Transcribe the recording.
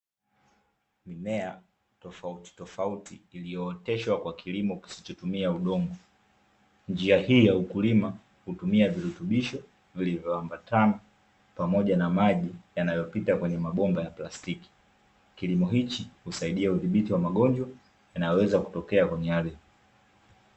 Mimea tofauti tofauti iliyooteshwa kwa kilimo kisichotumia udongo, njia hii ya ukulima hutumia virutubisho vilivyoambatana pamoja na maji, yanayopita kwenye mabomba ya plastiki. Kilimo hichi husaidia udhibiti wa magonjwa, yanayoweza kutokea kwenye ardhi.